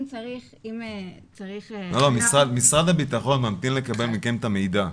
אם צריך --- משרד הבטחון ממתין לקבל מכם את המידע.